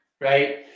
right